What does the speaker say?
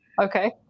okay